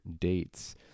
dates